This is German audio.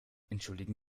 entschuldigen